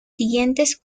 siguientes